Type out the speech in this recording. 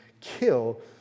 kill